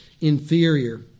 inferior